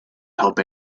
help